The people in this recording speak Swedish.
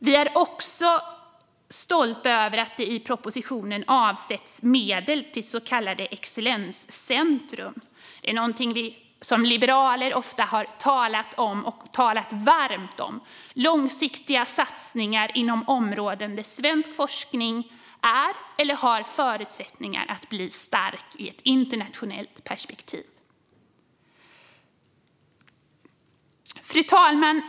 Vi är också stolta över att det i propositionen avsätts medel till så kallade excellenscentrum. Det är någonting som liberaler ofta har talat varmt om. Det handlar om långsiktiga satsningar inom områden där svensk forskning är eller har förutsättningar att bli stark i ett internationellt perspektiv. Fru talman!